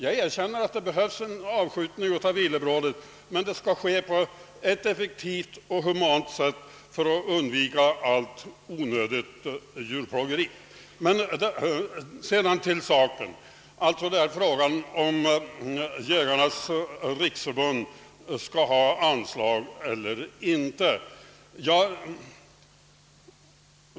Jag erkänner att det behövs en avskjutning av villebrådet, men den skall tillgå på ett effektivt och humant sätt för undvikande av allt onödigt djurplågeri. Sedan till saken! Det är alltså fråga om huruvida Jägarnas riksförbund skall ha anslag eller inte.